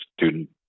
student